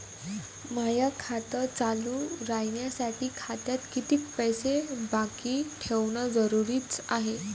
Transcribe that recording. माय खातं चालू राहासाठी खात्यात कितीक पैसे बाकी ठेवणं जरुरीच हाय?